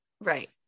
right